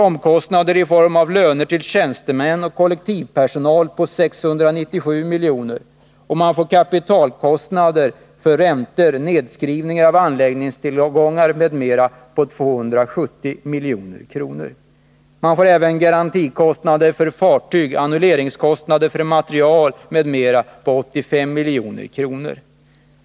Omkostnader i form av bl.a. löner till tjänstemän och viss kollektivpersonal på 697 milj.kr. Kapitalkostnader i form av räntor och nedskrivning av anläggningstillgångar med sammanlagt 270 milj.kr. Garantikostnader för fartyg, annulleringskostnader för material m.m. på 85 milj.kr.